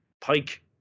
Pike